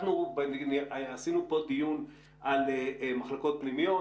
אנחנו עשינו פה דיון על מחלקות פנימיות.